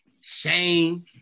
Shane